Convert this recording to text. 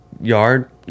yard